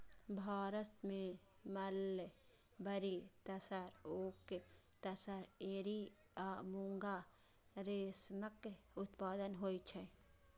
भारत मे mulberry, tasar, oak tasar, eri आ मूंगा रेशमक उत्पादन होइ छै